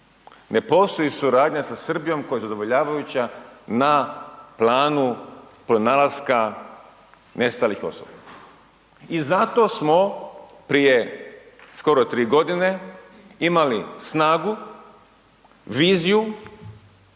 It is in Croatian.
Ne postoji suradnja sa Srbijom koja je zadovoljavajuća na planu pronalaska nestalih osoba i zato smo prije skoro 3.g. imali snagu, viziju,